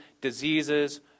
diseases